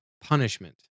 punishment